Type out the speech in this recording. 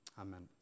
Amen